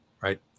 right